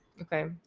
Okay